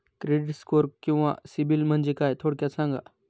Credit score किंवा CIBIL म्हणजे काय? थोडक्यात सांगा